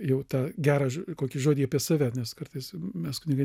jau tą gerą kokį žodį apie save nes kartais mes kunigai